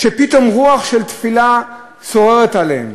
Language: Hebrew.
שפתאום רוח של תפילה שוררת עליהם